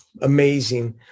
amazing